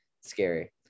scary